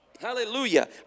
hallelujah